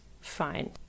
fine